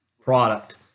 product